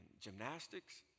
gymnastics